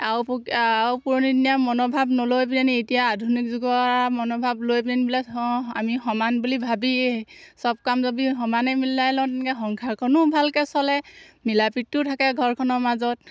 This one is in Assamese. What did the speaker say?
আওপকীয়া আওপুৰণিদিনীয়া মনোভাৱ নলৈ পিলাহেনি এতিয়া আধুনিক যুগৰ আৰু মনোভাৱ লৈ পেলাহেনি বোলে আমি সমান বুলি ভাবি চব কাম যদি সমানেই মিলাই লওঁ তেতিয়া সংসাৰখনো ভালকৈ চলে মিলা প্ৰীতিও থাকে ঘৰখনৰ মাজত